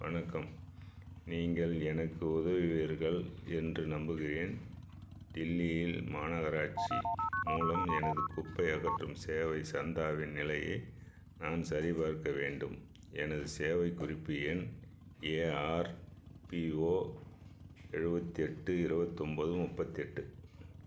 வணக்கம் நீங்கள் எனக்கு உதவுவீர்கள் என்று நம்புகிறேன் டெல்லியில் மாநகராட்சி மூலம் எனது குப்பை அகற்றும் சேவை சந்தாவின் நிலையை நான் சரிபார்க்க வேண்டும் எனது சேவைக் குறிப்பு எண் ஏஆர்பிஓ எழுபத்தி எட்டு இரபத்து ஒன்போது முப்பத்தி எட்டு